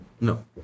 No